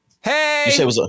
Hey